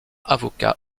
avocat